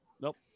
Nope